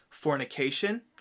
Fornication